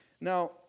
Now